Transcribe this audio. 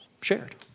shared